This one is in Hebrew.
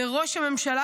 וראש הממשלה,